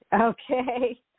Okay